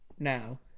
Now